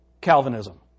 Calvinism